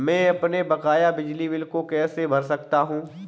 मैं अपने बकाया बिजली बिल को कैसे भर सकता हूँ?